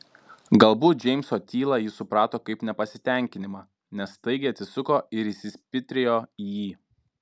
galbūt džeimso tylą ji suprato kaip nepasitenkinimą nes staigiai atsisuko ir įsispitrėjo į jį